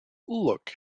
look